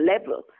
level